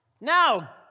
Now